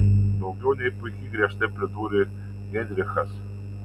daugiau nei puiki griežtai pridūrė heinrichas